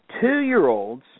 Two-year-olds